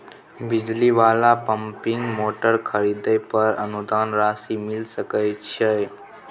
बिजली वाला pumping motor खरीदे पर अनुदान राशि मिल सके छैय?